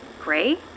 Gray